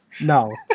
No